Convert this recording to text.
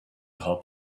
help